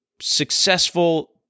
successful